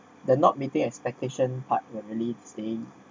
the not meeting expectation art were really saying